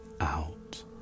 out